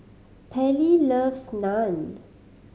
Pairlee loves Naan